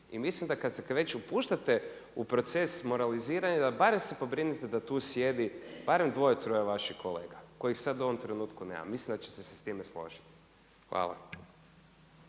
i mislim da kad se već upuštate u proces moraliziranja da barem se pobrinete da tu sjedi barem dvoje troje vaših kolega kojih sad u ovom trenutku nema. Mislim da ćete se s time složiti. Hvala.